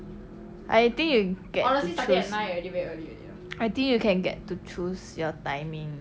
I think you get to I think you can get to choose your timing